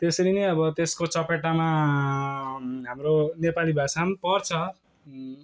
त्यसरी नै अब त्यसको चपेटामा हाम्रो नेपाली भाषा पनि पर्छ